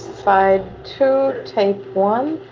side two, tape one,